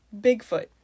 Bigfoot